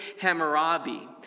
Hammurabi